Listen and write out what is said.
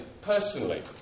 personally